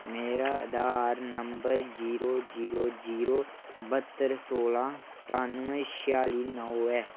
मेरा Aadhaar number zero zero zero बहत्तर सोलह्ं सतानुऐ छिआली नौ ऐ